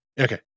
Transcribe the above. Okay